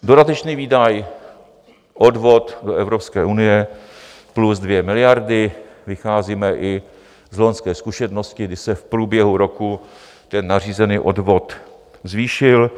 Dodatečný výdaj odvod do Evropské unie plus 2 miliardy, vycházíme i z loňské zkušenosti, kdy se v průběhu roku nařízený odvod zvýšil.